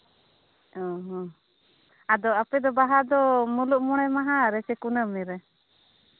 ᱚ ᱦᱚᱸ ᱟᱫᱚ ᱟᱯᱮ ᱫᱚ ᱵᱟᱦᱟ ᱫᱚ ᱢᱩᱞᱩᱜ ᱢᱚᱬᱮ ᱢᱟᱦᱟ ᱨᱮᱥᱮ ᱠᱩᱱᱟᱹᱢᱤ ᱨᱮ